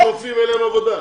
יש רופאים שאין להם עבודה.